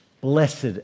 blessed